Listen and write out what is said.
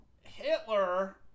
Hitler